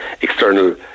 external